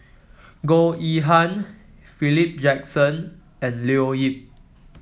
Goh Yihan Philip Jackson and Leo Yip